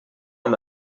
amb